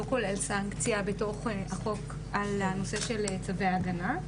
כולל סנקציה בתוך החוק על הנושא של צווי ההגנה,